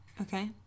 Okay